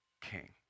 king